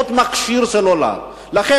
מכשיר סלולר בחבילת גלישה.